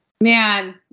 Man